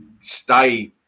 stay